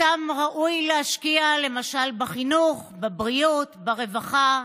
שאותם ראוי להשקיע למשל בחינוך, בבריאות, ברווחה.